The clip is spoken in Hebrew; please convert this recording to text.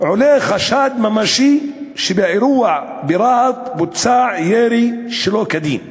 עולה חשד ממשי שבאירוע ברהט בוצע ירי שלא כדין.